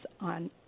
on